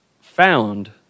found